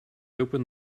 open